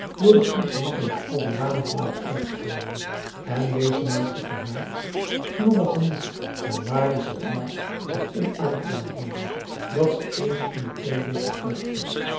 door de ongemakkelijke oude dame te laten uitschelden en deze maakte van haar knorrig gemoed een waar reservoir van onaangenaamheden dat ze eens in de twee weken uitstortte